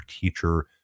teacher